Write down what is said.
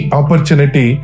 opportunity